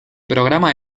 programa